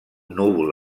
núvol